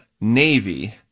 Navy